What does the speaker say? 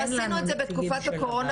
לא, עשינו את זה בתקופת הקורונה.